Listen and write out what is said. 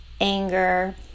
anger